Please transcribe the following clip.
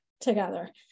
together